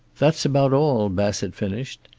that's about all, bassett finished.